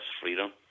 freedom